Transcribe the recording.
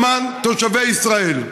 למען תושבי ישראל.